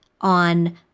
on